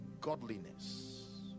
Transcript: godliness